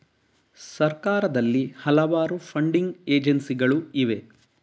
ಸರ್ಕಾರದಲ್ಲಿ ಹಲವಾರು ಫಂಡಿಂಗ್ ಏಜೆನ್ಸಿಗಳು ಇವೆ